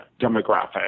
demographic